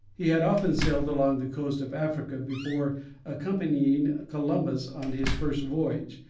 he had often sailed along the coast of africa before accompanying columbus on his first voyage,